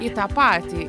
į tą patį